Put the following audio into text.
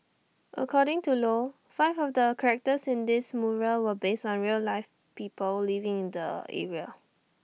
according to low five of the characters in this mural were based on real life people living in the area